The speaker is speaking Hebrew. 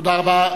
תודה רבה.